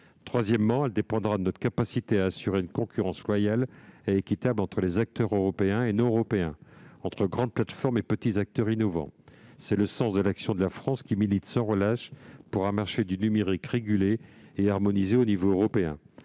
Troisièmement, de notre capacité à assurer une concurrence loyale et équitable entre les acteurs européens et non européens, entre grandes plateformes et petits acteurs innovants. C'est tout le sens de l'action de la France, qui milite sans relâche pour un marché du numérique régulé et harmonisé à l'échelon européen.